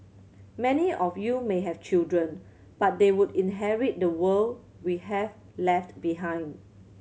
many of you may have children but they would inherit the world we have left behind